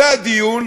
זה הדיון,